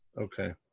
Okay